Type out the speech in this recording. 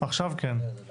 עכשיו כן.